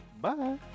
bye